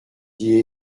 dit